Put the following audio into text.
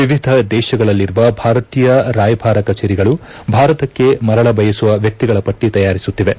ವಿವಿಧ ದೇಶಗಳಲ್ಲಿರುವ ಭಾರತೀಯ ರಾಯಭಾರ ಕಚೇರಿಗಳು ಭಾರತಕ್ಕೆ ಮರಳಬಯಸುವ ವ್ಯಕ್ತಿಗಳ ಪಟ್ಟಿ ತಯಾರಿಸುತ್ತಿವೆ